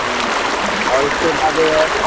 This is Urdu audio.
ہاں اور اس کے بعد